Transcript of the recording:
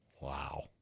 Wow